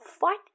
fight